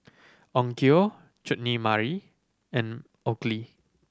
Onkyo Chutney Mary and Oakley